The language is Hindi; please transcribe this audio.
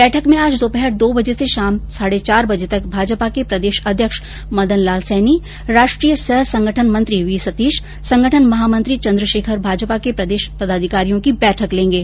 बैठक में आज दोपहर दो बजे से शाम साढे चार बजे तक भाजपा के प्रदेश अध्यक्ष मदन लाल सैनी राष्ट्रीय सह संगठन मंत्री वी सतीश संगठन महामंत्री चन्द्र शेखर भाजपा के प्रदेश पदाधिकारियों की बैठक लेंगे